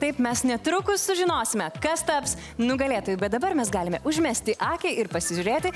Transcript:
taip mes netrukus sužinosime kas taps nugalėtoju bet dabar mes galime užmesti akį ir pasižiūrėti